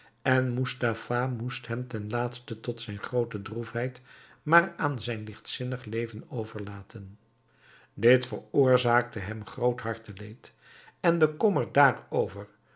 en moestafa moest hem ten laatste tot zijn groote droefheid maar aan zijn lichtzinnig leven overlaten dit veroorzaakte hem groot harteleed en de kommer daarover